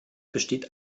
besteht